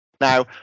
now